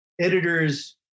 editors